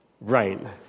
rain